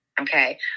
Okay